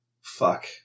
Fuck